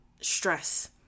stress